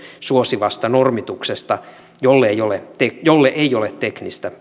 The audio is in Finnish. suosivasta normituksesta jolle ei ole teknistä